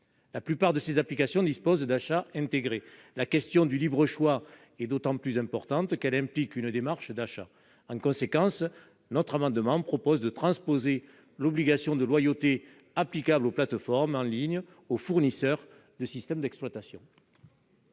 La plupart de ces applications disposent d'achats intégrés. La question du libre choix est donc d'autant plus importante qu'elle implique une démarche d'achat. En conséquence, notre amendement vise à transposer l'obligation de loyauté applicable aux plateformes en ligne aux fournisseurs de système d'exploitation.